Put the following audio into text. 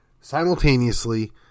simultaneously